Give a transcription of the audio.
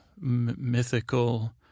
mythical